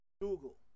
Google